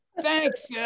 thanks